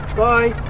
bye